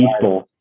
people